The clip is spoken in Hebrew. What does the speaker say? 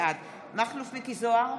בעד מכלוף מיקי זוהר,